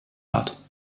hat